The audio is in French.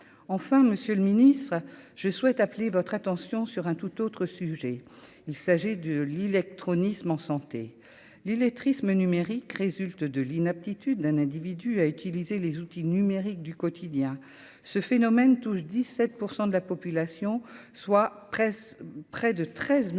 enfin, Monsieur le Ministre, je souhaite appeler votre attention sur un tout autre sujet, il s'agit de l'illectronisme en santé, l'illettrisme numérique résulte de l'inaptitude d'un individu à utiliser les outils numériques du quotidien ce phénomène touche 17 % de la population soit presse près de 13 millions de personnes